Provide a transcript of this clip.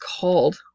called